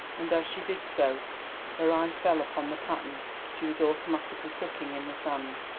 and as she did so her eye fell upon the pattern she was automatically pricking in the sand.